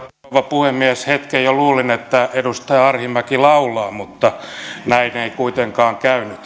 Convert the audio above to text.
puhemies hetken jo luulin että edustaja arhinmäki laulaa mutta näin ei kuitenkaan